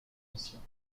anciens